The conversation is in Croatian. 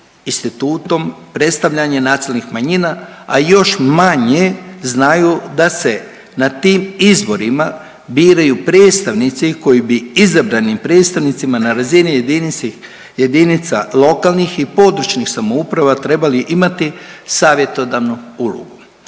institutom predstavljanje nacionalnih manjina, a još manje znaju da se na tim izborima biraju predstavnici koji bi izabranim predstavnicima na razini jedinici, jedinica lokalnih i područnih samouprava trebali imati savjetodavnu ulogu.